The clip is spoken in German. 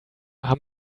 haben